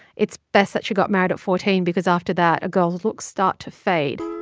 it's best that she got married at fourteen because after that, girl's looks start to fade